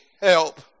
help